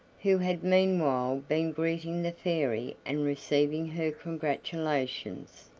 who had meanwhile been greeting the fairy and receiving her congratulations.